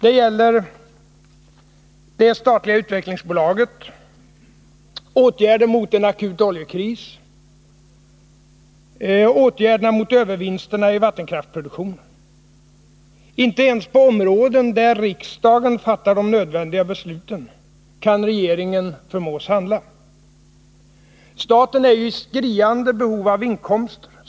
Det gäller det statliga utvecklingsbolaget, åtgärder mot en akut oljekris och åtgärder mot övervinsterna i vattenkraftsproduktionen. Inte ens på områden där riksdagen fattar de nödvändiga besluten kan regeringen förmås handla. Staten är ju i skriande behov av inkomster.